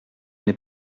n’ai